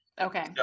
Okay